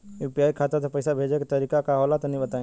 UPI खाता से पइसा भेजे के तरीका का होला तनि बताईं?